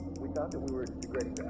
we thought that we were degrading